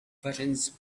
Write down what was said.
buttons